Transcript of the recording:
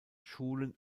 schulen